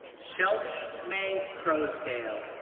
shelby may croasdale,